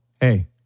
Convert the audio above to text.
hey